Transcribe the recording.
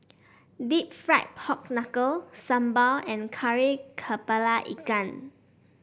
deep fried Pork Knuckle sambal and Kari kepala Ikan